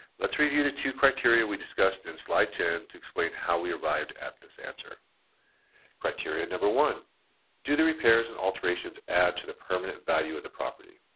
let's review the two criteria we discussed in slide ten to explain how we arrived at this answer criteria number one do the repairs and alterations add to the permanent value of the property?